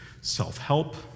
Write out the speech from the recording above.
self-help